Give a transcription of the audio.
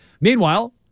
Meanwhile